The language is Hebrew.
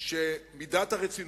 של מידת הרצינות.